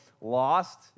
Lost